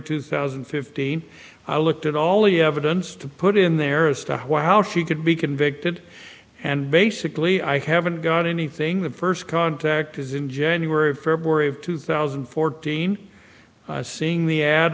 two thousand and fifteen i looked at all the evidence to put in there as to what how she could be convicted and basically i haven't got anything the first contact is in january february of two thousand and fourteen seeing the ad